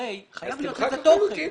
הרי חייב להיות לזה תוכן.